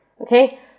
okay